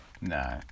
No